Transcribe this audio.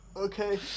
okay